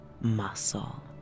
muscle